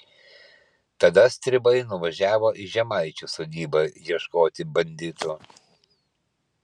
tada stribai nuvažiavo į žemaičių sodybą ieškoti banditų